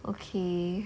okay